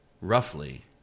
roughly